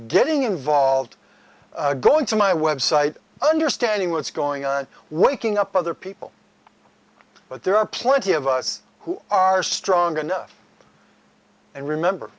getting involved going to my website understanding what's going on and waking up other people but there are plenty of us who are strong enough and remember